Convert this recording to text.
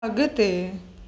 अगि॒ते